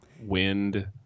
Wind